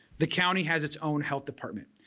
the county has its own health department.